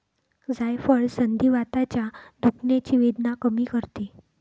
जायफळ संधिवाताच्या दुखण्याची वेदना कमी करते